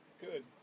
good